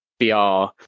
VR